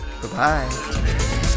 goodbye